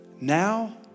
Now